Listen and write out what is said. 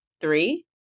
three